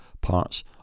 parts